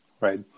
Right